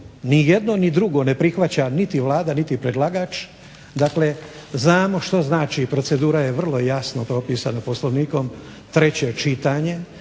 ni jedno ni drugo ne prihvaća niti Vlada niti predlagač, dakle znamo što znači, procedura je vrlo jasno propisana Poslovnikom, treće čitanje.